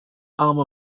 alma